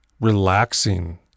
relaxing